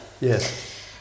Yes